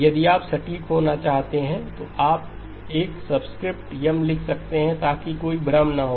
यदि आप सटीक होना चाहते हैं तो आप एक सबस्क्रिप्ट M लिख सकते हैं ताकि कोई भ्रम न हो